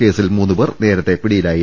കേസിൽ മൂന്ന് പേർ നേരത്തെ പിടിയിലായിരുന്നു